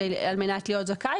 על מנת להיות זכאי,